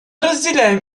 разделяем